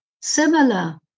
similar